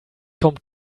kommt